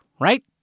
right